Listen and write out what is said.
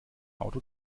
auto